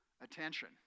attention